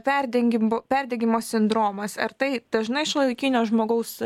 perdengimų perdegimo sindromas ar tai dažnai šiuolaikinio žmogaus